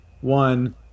one